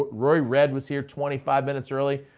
roy redd was here twenty five minutes early.